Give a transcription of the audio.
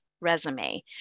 resume